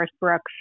Brooks